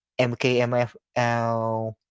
MKMFL